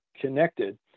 connected